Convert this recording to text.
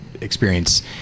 experience